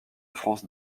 france